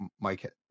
Mike